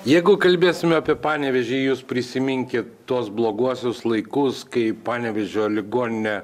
jeigu kalbėsime apie panevėžį jūs prisiminkit tuos bloguosius laikus kai panevėžio ligoninė